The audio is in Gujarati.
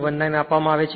19 આવે છે